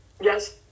Yes